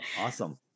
Awesome